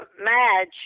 Madge